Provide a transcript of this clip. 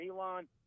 Elon